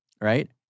right